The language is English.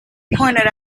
pointed